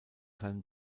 seinen